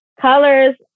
Colors